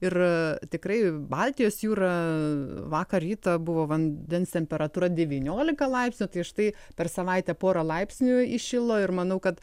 ir tikrai baltijos jūra vakar rytą buvo vandens temperatūra devyniolika laipsnių tai štai per savaitę pora laipsnių įšilo ir manau kad